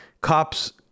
cops